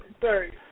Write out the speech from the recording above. sorry